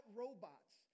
robots